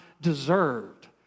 deserved